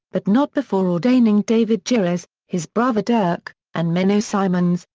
but not before ordaining david joris, his brother dirk, and menno simons,